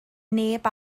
neb